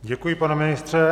Děkuji, pane ministře.